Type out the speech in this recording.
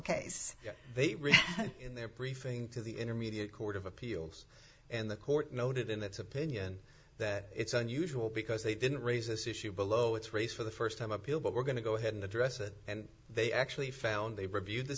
case they read in their briefing to the intermediate court of appeals and the court noted in its opinion that it's unusual because they didn't raise this issue below it's race for the first time appeal but we're going to go ahead in the dresser and they actually found they reviewed the